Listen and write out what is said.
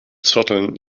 zotteln